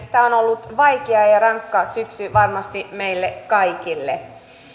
tämä on ollut vaikea ja ja rankka syksy varmasti meille kaikille